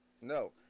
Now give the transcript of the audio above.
No